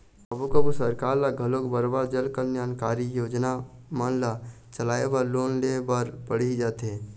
कभू कभू सरकार ल घलोक बरोबर जनकल्यानकारी योजना मन ल चलाय बर लोन ले बर पड़ही जाथे